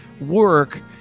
work